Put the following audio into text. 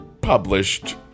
published